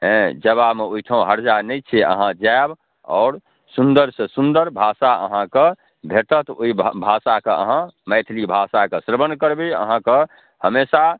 हँ जेबामे ओहिठाम हरजा नहि छै अहाँ जाएब आओर सुन्दरसँ सुन्दर भाषा अहाँके भेटत ओहि भाषाके अहाँ मैथिली भाषाके श्रवण करबै अहाँके हमेशा